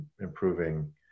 improving